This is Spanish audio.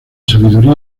sabiduría